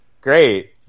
Great